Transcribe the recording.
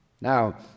Now